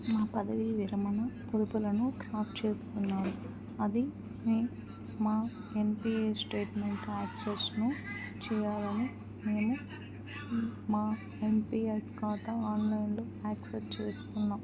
మా పదవీ విరమణ పొదుపులను ట్రాప్ చేస్తున్నాం అది నీ మా ఎన్ పీ ఎస్ స్టేట్మెంట్ యాక్సెస్ను చేయాలని మేము మా ఎన్ పీ ఎస్ ఖాత ఆన్లైన్లో యాక్సెస్ చేస్తున్నం